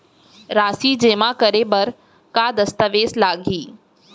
राशि जेमा करे बर का दस्तावेज लागही?